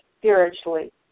spiritually